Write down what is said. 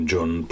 John